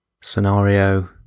scenario